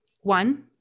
One